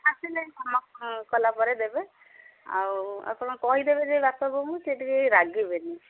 ଆସିଲେ କାମ କଲା ପରେ ଦେବେ ଆଉ ଆପଣ କହିଦେବେ ଯେ ବାପା ବୋଉଙ୍କୁ ସେ ଟିକେ ରାଗିବେନି